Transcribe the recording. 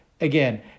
again